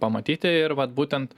pamatyti ir vat būtent